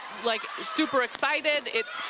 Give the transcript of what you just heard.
like, super excited, it's